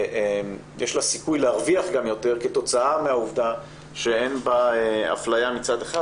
יש לה סיכוי להרוויח גם יותר כתוצאה מהעובדה שאין בה אפליה מצד אחד,